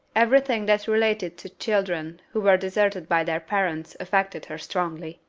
every thing that related to children who were deserted by their parents affected her strongly.